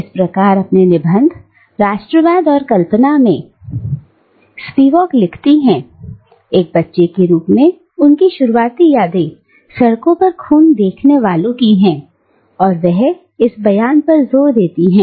इस प्रकार अपने निबंध " राष्ट्रवाद और कल्पना" में युवक लिखती हैं एक बच्चे के रूप में उनकी शुरुआती यादें सड़कों पर खून देखने वालों की हैं और वह इस बयान पर जोर देते हैं